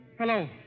Hello